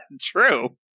True